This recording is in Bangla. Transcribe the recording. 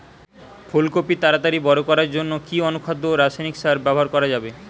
ফুল কপি তাড়াতাড়ি বড় করার জন্য কি অনুখাদ্য ও রাসায়নিক সার ব্যবহার করা যাবে?